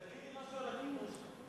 תגידי משהו על הכיבוש.